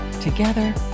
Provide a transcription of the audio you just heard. Together